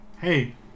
hey